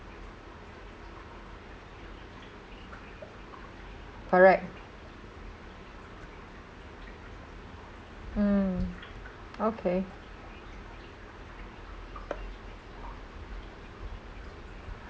correct mm okay